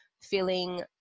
feeling